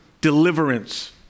Deliverance